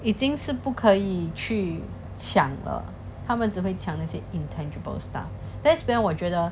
已经是不可以去抢了他们只会抢那些 intangible stuff that's where 我觉得